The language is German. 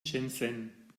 shenzhen